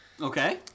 Okay